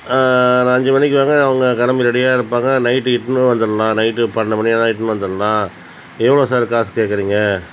நான் அஞ்சு மணிக்கு வாங்க அவங்க கிளம்பி ரெடியாக இருப்பாங்க நைட்டு இட்டுனு வந்துடலாம் நைட்டு பன்னெண்டு மணி ஆனாலும் இட்டுனு வந்துடலாம் எவ்வளோ சார் காசு கேட்கறீங்க